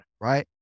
right